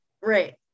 Right